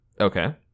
Okay